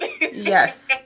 Yes